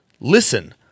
Listen